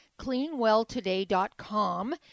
cleanwelltoday.com